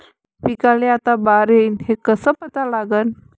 पिकाले आता बार येईन हे कसं पता लागन?